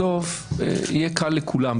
בסוף יהיה קל לכולם,